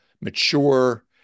mature